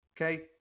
Okay